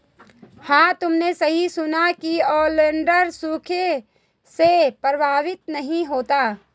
हां तुमने सही सुना, ओलिएंडर सूखे से प्रभावित नहीं होता